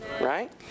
right